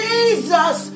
Jesus